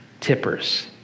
tippers